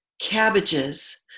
cabbages